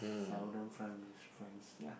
seldom with friends ya